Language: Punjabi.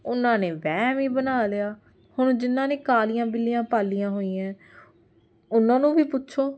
ਉਹਨਾਂ ਨੇ ਵਹਿਮ ਹੀ ਬਣਾ ਲਿਆ ਹੁਣ ਜਿਹਨਾਂ ਨੇ ਕਾਲੀਆਂ ਬਿੱਲੀਆਂ ਪਾਲੀਆਂ ਹੋਈਆਂ ਉਹਨਾਂ ਨੂੰ ਵੀ ਪੁੱਛੋ